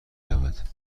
رود